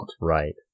right